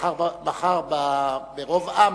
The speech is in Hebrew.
מחר ברוב עם,